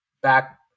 Back